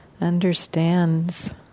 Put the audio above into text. understands